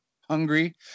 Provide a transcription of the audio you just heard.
hungry